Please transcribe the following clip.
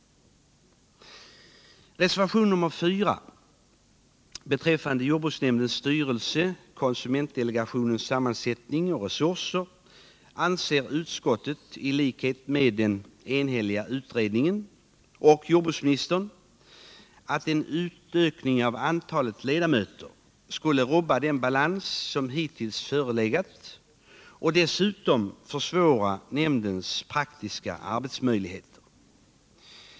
Beträffande reservationen 4 om jordbruksnämndens styrelse, konsumentdelegationens sammansättning och resurser, anser utskottet i likhet med den enhälliga utredningen och jordbruksministern att utökning av antalet ledamöter skulle rubba den balans som hittills förelegat och dessutom försämra nämndens praktiska arbetsmöjligheter.